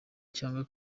cyangwa